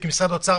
כי משרד האוצר,